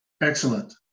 Excellent